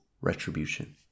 retribution